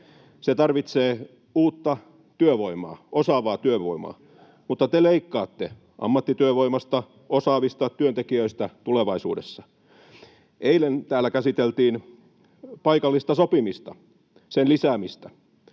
Se tarvitsee uutta työvoimaa, osaavaa työvoimaa, mutta te leikkaatte ammattityövoimasta, osaavista työntekijöistä tulevaisuudessa. Eilen täällä käsiteltiin paikallista sopimista, sen lisäämistä.